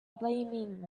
blaming